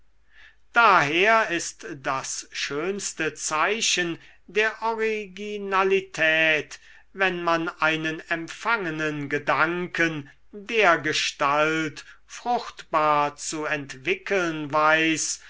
daher ist das schönste zeichen der originalität wenn man einen empfangenen gedanken dergestalt fruchtbar zu entwickeln weiß